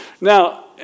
Now